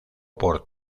por